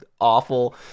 awful